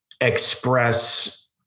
express